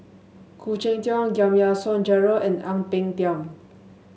Khoo Cheng Tiong Giam Yean Song Gerald and Ang Peng Tiam